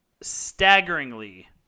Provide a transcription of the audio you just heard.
staggeringly